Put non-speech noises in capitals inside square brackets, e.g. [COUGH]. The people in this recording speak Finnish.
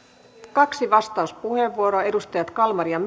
kaksi vastauspuheenvuoroa edustajat kalmari ja [UNINTELLIGIBLE]